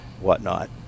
whatnot